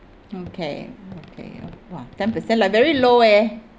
okay okay o~ !wah! ten percent like very low eh